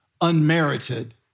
unmerited